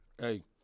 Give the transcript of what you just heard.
Hey